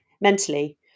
mentally